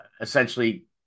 essentially